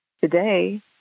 Today